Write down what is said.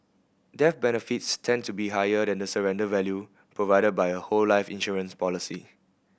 death benefits tend to be higher than the surrender value provided by a whole life insurance policy